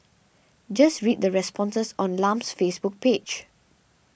just read the responses on Lam's Facebook page